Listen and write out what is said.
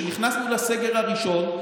נכנסנו לסגר הראשון,